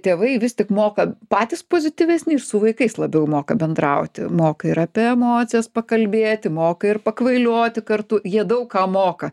tėvai vis tik moka patys pozityvesni ir su vaikais labiau moka bendrauti moka ir apie emocijas pakalbėti moka ir pakvailioti kartu jie daug ką moka